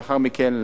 לאחר מכן,